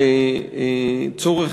לצורך,